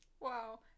Wow